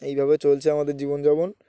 এইভাবে চলছে আমাদের জীবনযাপন